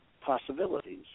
possibilities